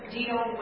deal